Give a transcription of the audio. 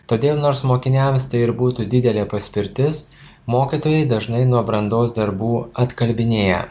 todėl nors mokiniams tai ir būtų didelė paspirtis mokytojai dažnai nuo brandos darbų atkalbinėja